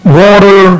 water